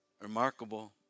Remarkable